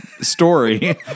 story